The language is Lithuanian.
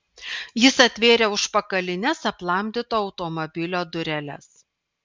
jis atvėrė užpakalines aplamdyto automobilio dureles